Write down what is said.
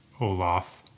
Olaf